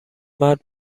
مرد